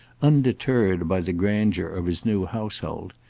undeterred by the grandeur of his new household.